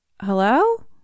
Hello